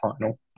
final